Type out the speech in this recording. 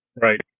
Right